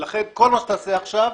ולכן, כל מה שתעשה עכשיו,